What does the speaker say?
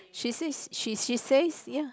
she says she she says ya